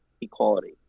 equality